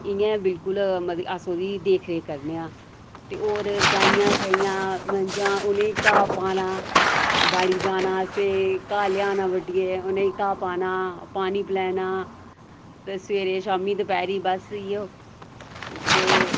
इ'यां गै बिल्कुल मतलब अस ओह्दी देखरेख करनेआं ते होर गाइयां शाइयां मज्जां उ'नें ई घाऽ पाना बाड़ी जाना ते घाऽ लेआना बड्ढियै उ'नें ई घाऽ पाना पानी पलैना सवेरे शामी दपैह्री बस इ'यो ते